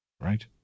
Right